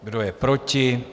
Kdo je proti?